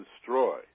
destroy